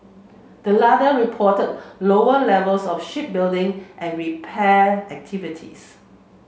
the latter reported lower levels of shipbuilding and repair activities